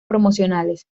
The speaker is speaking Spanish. promocionales